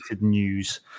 news